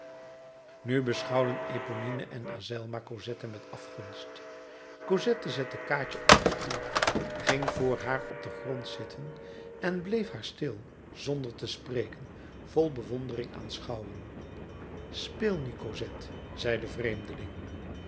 nu beschouwden eponine en azelma cosette met afgunst cosette zette kaatje op een stoel ging voor haar op den grond zitten en bleef haar stil zonder te spreken vol bewondering aanschouwen speel nu cosette zei de vreemdeling